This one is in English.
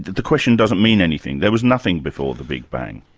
the question doesn't mean anything. there was nothing before the big bang.